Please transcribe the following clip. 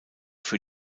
für